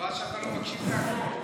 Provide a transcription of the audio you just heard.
חבל שאתה לא מקשיב לכול.